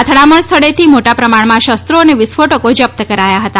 અથડામણ સ્થળેથી મોટા પ્રમાણમાં શસ્ત્રો અને વિસ્ફોટકો જપ્ત કરાયા હતા